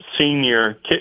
senior